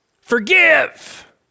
forgive